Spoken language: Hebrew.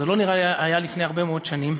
לא נראה לי שזה היה לפני הרבה מאוד שנים,